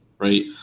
Right